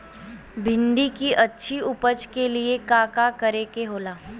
भिंडी की अच्छी उपज के लिए का का करे के होला?